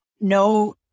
no